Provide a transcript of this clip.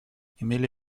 имели